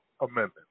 amendment